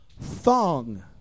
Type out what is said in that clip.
thong